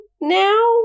now